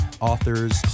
authors